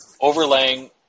overlaying